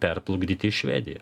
perplukdyti į švediją